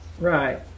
Right